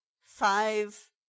five